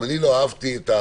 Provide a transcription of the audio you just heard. גם אני לא אהבתי את,